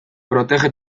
protege